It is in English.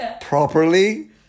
properly